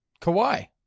Kawhi